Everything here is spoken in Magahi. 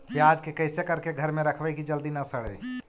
प्याज के कैसे करके घर में रखबै कि जल्दी न सड़ै?